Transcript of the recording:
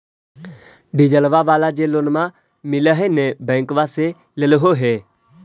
डिजलवा वाला जे लोनवा मिल है नै बैंकवा से लेलहो हे?